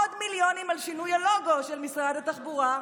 עוד מיליונים על שינוי הלוגו של משרד התחבורה,